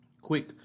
Quick